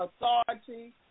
authority